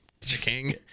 king